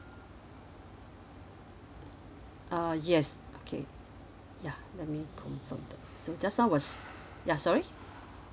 uh yes okay ya let me confirm the so just now was ya sorry